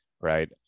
right